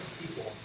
people